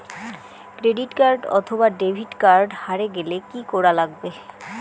Credit card অথবা debit card হারে গেলে কি করা লাগবে?